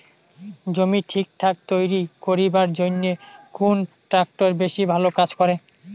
জমি ঠিকঠাক তৈরি করিবার জইন্যে কুন ট্রাক্টর বেশি ভালো কাজ করে?